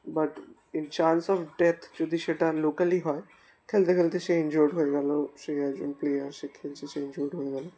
but in chance of death যদি সেটা locally হয় খেলতে খেলতে সে ইনজিওর্ড হয়ে গেল সেই একজন প্লেয়ার সে খেলছে সে ইনজিওর্ড হয়ে গেল